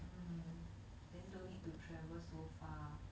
mm then don't need to travel so far